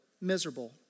miserable